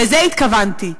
לזה התכוונתי.